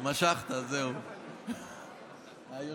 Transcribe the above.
אני מודה לך, חבר הכנסת ואטורי.